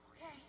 Okay